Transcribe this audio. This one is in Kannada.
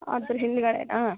ಅದರ ಹಿಂದುಗಡೆಯಾ